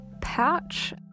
pouch